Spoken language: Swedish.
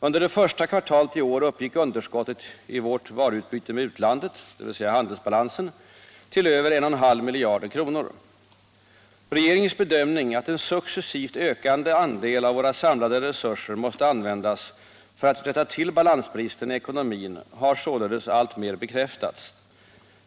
Under det första kvartalet i år uppgick underskottet i vårt varuutbyte med utlandet, dvs. handelsbalansen, till över 1,5 miljarder kronor. Regeringens bedömning att en successivt ökande andel av våra samlade resurser måste användas för att rätta till balansbristen i ekonomin har således alltmer bekräftats.